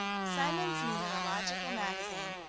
symons' meteorological magazine,